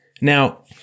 Now